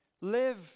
live